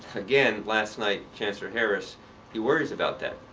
again, last night, chancellor harris he worries about that.